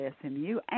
SMU